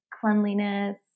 cleanliness